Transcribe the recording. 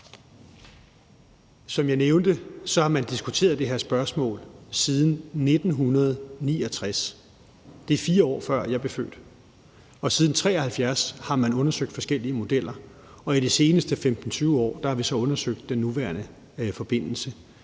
Som jeg nævnte, har man diskuteret det her spørgsmål siden 1969. Det er, 4 år før jeg blev født. Og siden 1973 har man undersøgt forskellige modeller, og i de seneste 15-20 år har vi så undersøgt den nuværende forbindelse